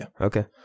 Okay